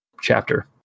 chapter